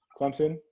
Clemson